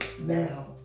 Now